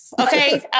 okay